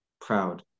proud